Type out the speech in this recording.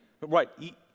Right